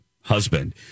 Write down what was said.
husband